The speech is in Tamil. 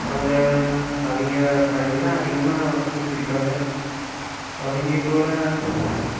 அங்கே அவங்க அவங்கதான் அதிகமாக மீன் பிடிப்பாங்க அவங்க கூட